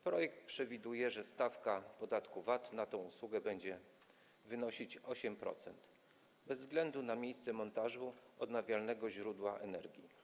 Projekt przewiduje, że stawka podatku VAT na tę usługę będzie wynosić 8% bez względu na miejsce montażu odnawialnego źródła energii.